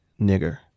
nigger